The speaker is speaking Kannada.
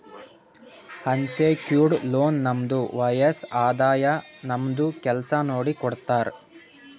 ಅನ್ಸೆಕ್ಯೂರ್ಡ್ ಲೋನ್ ನಮ್ದು ವಯಸ್ಸ್, ಆದಾಯ, ನಮ್ದು ಕೆಲ್ಸಾ ನೋಡಿ ಕೊಡ್ತಾರ್